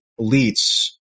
elites